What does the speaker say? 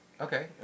Okay